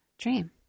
Dream